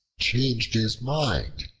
changed his mind,